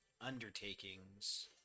undertakings